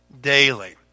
daily